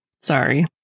Sorry